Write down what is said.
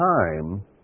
time